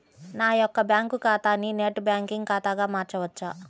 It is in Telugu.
నా యొక్క బ్యాంకు ఖాతాని నెట్ బ్యాంకింగ్ ఖాతాగా మార్చవచ్చా?